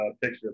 picture